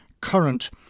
current